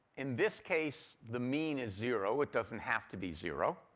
in this case, the mean is zero. it doesn't have to be zero.